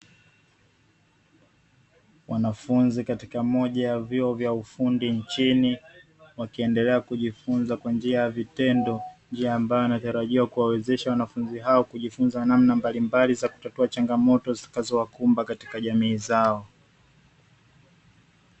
Wanafunzi katika moja ya vyuo vya ufundi nchini wakiendelea kujifunza kwa njia ya vitendo, njia ambayo inatarajiwa kuwawezesha wanafunzi hao kujifunza namna mbalimbali za kutatua changamoto zitakazowakumba katika jamii zao.